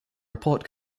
report